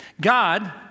God